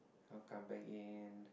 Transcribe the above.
I'll come back in